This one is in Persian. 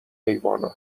حیوانات